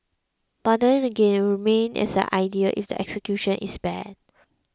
but again it will remain as an idea if the execution is bad